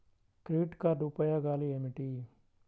Credit card ఉపయోగాలు ఏమిటి?